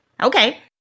Okay